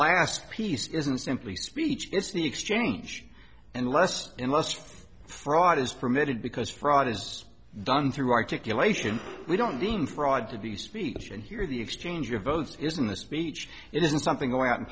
last piece isn't simply speech it's the exchange and less and less fraud is permitted because fraud is done through articulation we don't deem fraud to be speech and here the exchange your vote isn't the speech it isn't something go out in